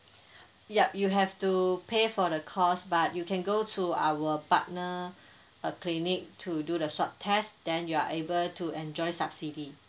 yup you have to pay for the cost but you can go to our partnered uh clinic to do the swab test then you are able to enjoy subsidy